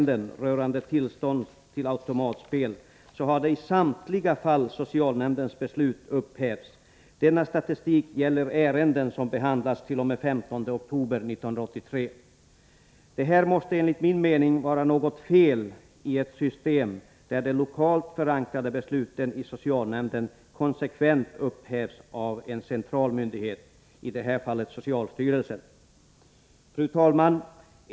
Det måste enligt min mening vara något fel i ett system, där de lokalt förankrade besluten i socialnämnden konsekvent upphävs av en central myndighet, i detta fall socialstyrelsen. Fru talman!